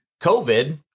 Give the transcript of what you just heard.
COVID